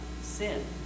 sin